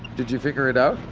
did you figure it out?